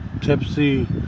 tipsy